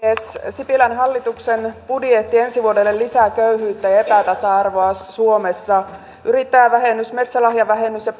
sipilän hallituksen budjetti ensi vuodelle lisää köyhyyttä ja ja epätasa arvoa suomessa yrittäjävähennys metsälahjavähennys ja